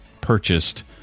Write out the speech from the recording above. purchased